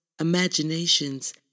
imaginations